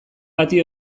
bati